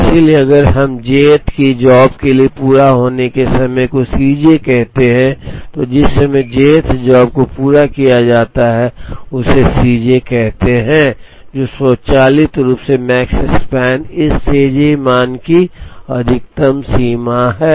इसलिए अगर हम j th की जॉब के लिए पूरा होने के समय को C j कहते हैं तो जिस समय j th जॉब को पूरा किया जाता है उसे C j कहते हैं तो स्वचालित रूप से Makespan इस C j मान की अधिकतम सीमा है